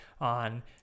on